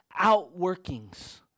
outworkings